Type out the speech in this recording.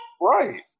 Right